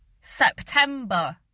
september